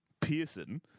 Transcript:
Pearson